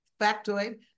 factoid